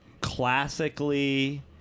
classically